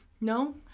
no